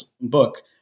book